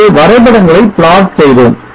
பின்பு வரைபடங்களை plot செய்தோம்